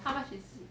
how much is it